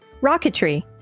Rocketry